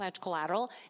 collateral